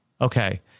Okay